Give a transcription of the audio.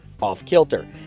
Off-Kilter